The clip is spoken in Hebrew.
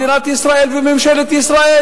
מדינת ישראל וממשלת ישראל.